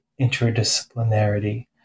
interdisciplinarity